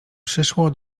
przyszło